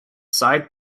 side